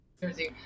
jersey